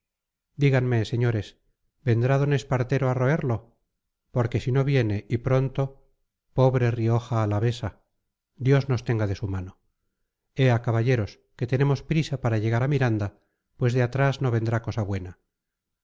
díganme señores vendrá d espartero a roerlo porque si no viene y pronto pobre rioja alavesa dios nos tenga de su mano ea caballeros que tenemos prisa para llegar a miranda pues de atrás no vendrá cosa buena